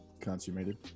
consummated